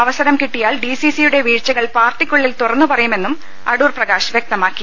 അവസരം കിട്ടിയാൽ ഡിസിസിയുടെ വീഴ്ച കൾ പാർട്ടിക്കുള്ളിൽ തുറന്നു പ്റയുമെന്നും അടൂർപ്രകാശ് വൃക്ത മാക്കി